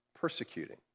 persecuting